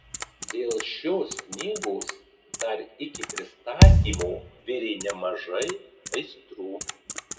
dėl šios knygos dar iki pristatymo virė nemažai aistrų